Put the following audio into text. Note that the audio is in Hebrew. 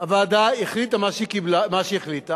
הוועדה החליטה מה שהחליטה,